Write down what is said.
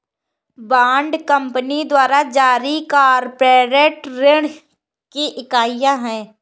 bond company द्वारा जारी corporate ऋण की इकाइयां हैं